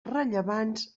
rellevants